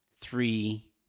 three